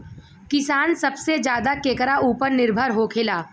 किसान सबसे ज्यादा केकरा ऊपर निर्भर होखेला?